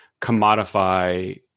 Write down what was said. commodify